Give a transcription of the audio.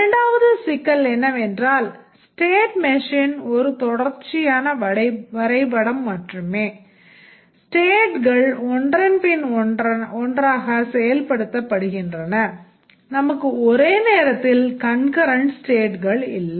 இரண்டாவது சிக்கல் என்னவென்றால் state machine ஒரு தொடர்ச்சியான வரைபடம் மட்டுமே stateகள் ஒன்றன் பின் ஒன்றாக செயல்படுத்தப்படுகின்றன நமக்கு ஒரே நேரத்தில் கன்கரண்ட் ஸ்டேட்கள் இல்லை